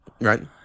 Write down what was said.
Right